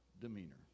demeanor